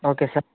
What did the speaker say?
okay sir